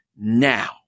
now